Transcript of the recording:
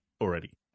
already